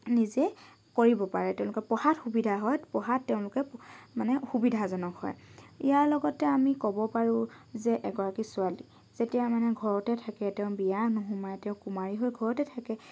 নিজে কৰিব পাৰে তেওঁলোকে পঢ়াত সুবিধা হয় পঢ়াত তেওঁলোকে মানে সুবিধাজনক হয় ইয়াৰ লগতে আমি কব পাৰো যে এগৰাকী ছোৱালী যেতিয়া মানে ঘৰতে থাকে তেওঁ বিয়া নোহোমায় তেওঁ কুমাৰী হৈ ঘৰতে থাকে